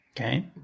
Okay